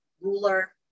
ruler